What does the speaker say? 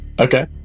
okay